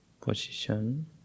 position